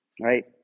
right